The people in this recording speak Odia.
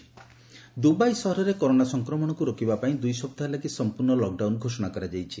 ଦୁବାଇ କରୋନା ଦୁବାଇ ସହରରେ କରୋନା ସଂକ୍ରମଣକୁ ରୋକିବାପାଇଁ ଦୁଇ ସପ୍ତାହ ଲାଗି ସମ୍ପର୍ଷ୍ଣ ଲକ୍ଡାଉନ୍ ଘୋଷଣା କରାଯାଇଛି